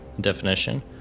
definition